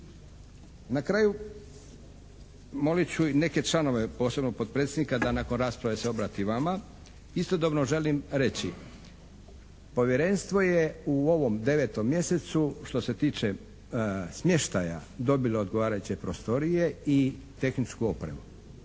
Na kraju, molit ću i neke članove posebno potpredsjednika da nakon rasprave se obrati vama. Istodobno želim reći povjerenstvo je u ovom devetom mjesecu što se tiče smještaja dobilo odgovarajuće prostorije i tehničku opremu.